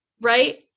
right